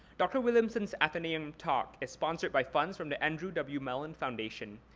dr. williamson's athenaeum talk is sponsored by funds from the andrew w. mellon foundation.